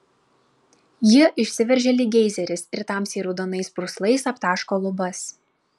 ji išsiveržia lyg geizeris ir tamsiai raudonais purslais aptaško lubas